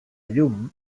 llum